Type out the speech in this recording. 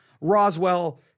Roswell